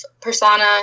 persona